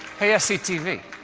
hey, s c t v?